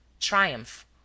triumph